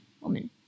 woman